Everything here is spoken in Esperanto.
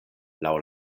laŭ